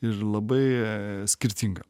ir labai skirtinga